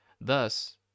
Thus